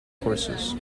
courses